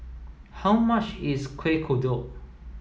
how much is Kuih Kodok